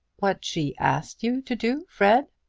what she asked you to do, fred?